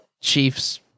Chiefs